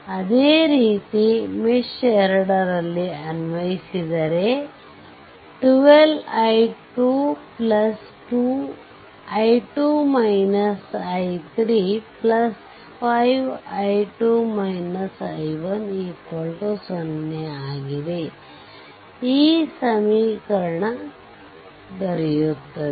ಅದೇ ರೀತಿ ಮೆಶ್ 2 ರಲ್ಲಿ ಅನ್ವಯಿಸಿದರೆ 12i2250 ಈ ಸಮೀಕರಣ ದೊರೆಯುತ್ತದೆ